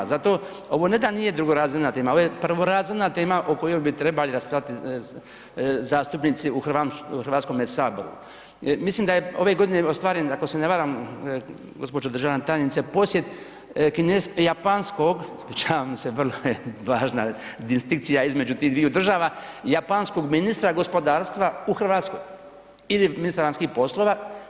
Zato ovo ne da nije drugorazredna tema, ovo je prvorazredna tema o kojoj bi trebali raspravljati zastupnici u Hrvatskom saboru, jer mislim da je ove godine ostvaren ako se ne varam, gospođo državna tajnice, posjet kineskog, japanskog, ispričavam se vrlo je važna distinkcija između tih dviju država, japanskog ministra gospodarstva u Hrvatsku ili ministra vanjskih poslova.